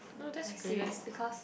like serious because